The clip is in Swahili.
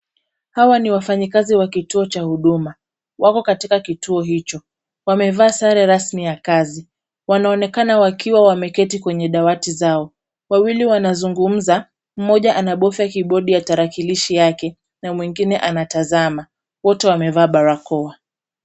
Hawa ni wafanyikazi wa kituo cha Huduma. Wako katika kituo hicho. Wamevaa sare rasmi ya kazi. Wanaonekana wakiwa wameketi kwenye dawati zao. Wawili wanazungumza, mmoja anabofya kibodi ya tarakilishi yake na mwingine anatazama. Wote wamevaa barakoa.